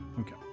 Okay